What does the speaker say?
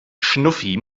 schnuffi